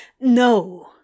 No